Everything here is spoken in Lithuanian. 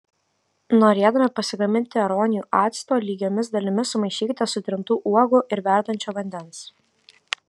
norėdami pasigaminti aronijų acto lygiomis dalimis sumaišykite sutrintų uogų ir verdančio vandens